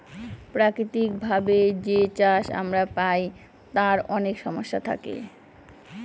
প্রাকৃতিক ভাবে যে চাষ আমরা পায় তার অনেক সমস্যা থাকে